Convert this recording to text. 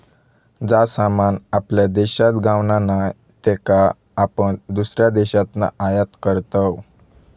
जा सामान आपल्या देशात गावणा नाय त्याका आपण दुसऱ्या देशातना आयात करतव